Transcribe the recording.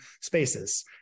spaces